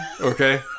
Okay